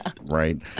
Right